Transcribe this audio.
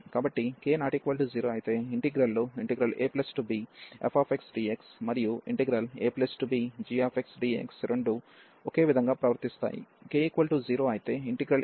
k0అయితే abgxdxకన్వెర్జ్ అయితే ⟹abfxdxకన్వెర్జెన్స్ అవుతుంది